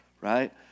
right